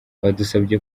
badusabye